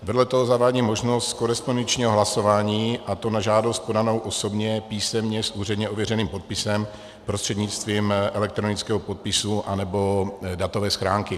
Vedle toho zavádí možnost korespondenčního hlasování, a to na žádost podanou osobně, písemně s úředně ověřeným podpisem, prostřednictvím elektronického podpisu anebo datové schránky.